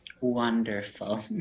Wonderful